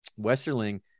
Westerling